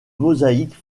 mosaïque